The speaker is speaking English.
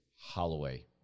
Holloway